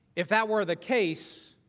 if that were the case,